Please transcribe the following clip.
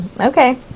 okay